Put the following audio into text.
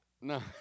No